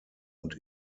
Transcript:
und